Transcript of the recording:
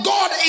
God